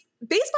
baseball